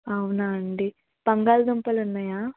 అవునా అండి బంగాళ దుంపలు ఉన్నాయా